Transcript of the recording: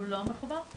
אני רוצה לשמוע את